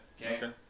okay